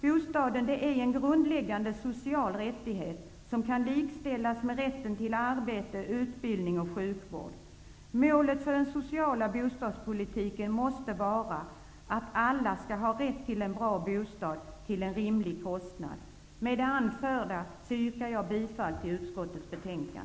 Bostaden är en grundläggande social rättighet, som kan likställas med rätten till arbete, utbildning och sjukvård. Målet för den sociala bostadspolitiken måste vara att alla skall ha rätt till en bra bostad till en rimlig kostnad. Med det anförda yrkar jag bifall till utskottets hemställan.